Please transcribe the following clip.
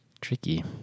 Tricky